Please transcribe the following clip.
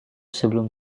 sebelum